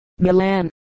Milan